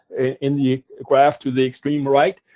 in the graph to the extreme right,